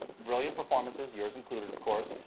brilliant performances, yours including, of course.